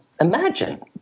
imagine